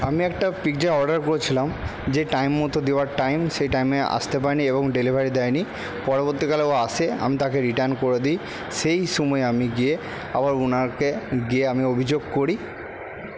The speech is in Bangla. আমি একটা পিজ্জা অর্ডার করেছিলাম যে টাইম মতো দেওয়ার টাইম সেই টাইমে আসতে পারে নি এবং ডেলিভারি দেয় নি পরবর্তীকালে ও আসে আমি তাকে রিটার্ন করে দিই সেই সময় আমি গিয়ে আবার ওনাকে গিয়ে আমি অভিযোগ করি